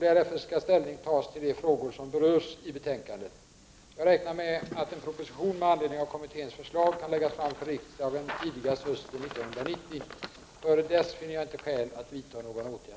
Därefter skall ställning tas till de frågor som berörs i betänkandet. Jag räknar med att en proposition med anledning av kommitténs förslag kan läggas fram för riksdagen tidigast hösten 1990. Innan dess finner jag inte skäl att vidta någon åtgärd.